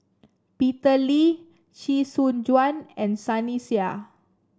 Peter Lee Chee Soon Juan and Sunny Sia